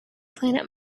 planet